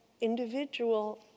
individual